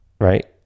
right